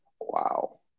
Wow